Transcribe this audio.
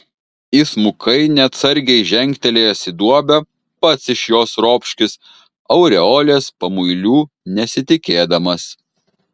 įsmukai neatsargiai žengtelėjęs į duobę pats iš jos ropškis aureolės pamuilių nesitikėdamas